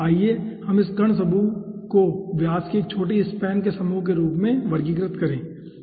आइए हम इस कण समूह को व्यास की एक छोटी स्पैन के समूह के रूप में वर्गीकृत करें ठीक है